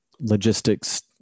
logistics